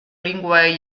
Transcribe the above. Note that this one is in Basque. linguae